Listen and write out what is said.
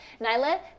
Nyla